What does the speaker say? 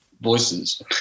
voices